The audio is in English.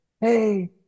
hey